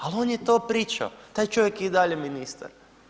Ali on je to pričao, taj čovjek je i dalje ministar.